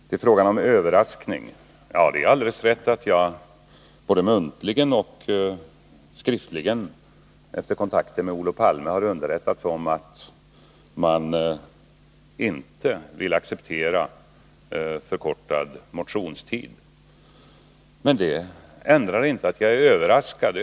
Beträffande min överraskning: Det är alldeles rätt att jag efter kontakter med Olof Palme har underrättats både muntligt och skriftligt om att socialdemokraterna inte vill acceptera en förkortning av motionstiden. Men det ändrar inte att jag är överraskad.